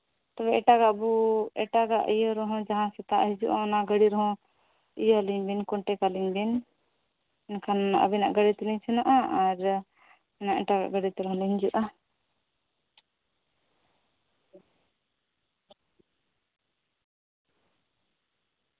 ᱛᱚᱵᱮ ᱮᱴᱟᱜᱟᱜ ᱵᱩᱠ ᱮᱴᱟᱜᱟᱜ ᱤᱭᱟᱭ ᱨᱮᱦᱚᱸ ᱡᱟᱦᱟᱸ ᱥᱮᱛᱟᱜ ᱦᱟᱹᱡᱩᱜᱼᱟ ᱚᱱᱟ ᱜᱟᱹᱰᱤ ᱨᱮᱦᱚᱸ ᱤᱭᱟᱹᱣᱟᱞᱤᱧ ᱵᱤᱱ ᱠᱚᱱᱴᱟᱠᱟᱞᱤᱧ ᱵᱤᱱ ᱮᱱᱠᱷᱟᱱ ᱟᱹᱵᱤᱱᱟᱜ ᱜᱟᱹᱰᱤ ᱛᱮᱞᱤᱧ ᱥᱮᱱᱚᱜᱼᱟ ᱟᱨ ᱚᱱᱟ ᱮᱴᱟᱜᱟᱜ ᱜᱟᱹᱰᱤ ᱛᱮᱦᱚᱸᱞᱤᱧ ᱦᱤᱡᱩᱜᱼᱟ